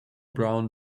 brown